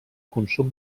consum